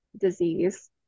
disease